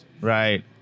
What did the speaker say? right